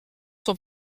sont